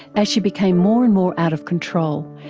as she became more and more out of control,